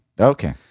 Okay